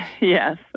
Yes